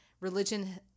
religion